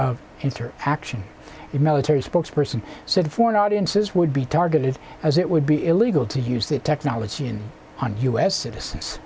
of interaction if military spokesperson said foreign audiences would be targeted as it would be illegal to use that technology on us citizens